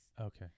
Okay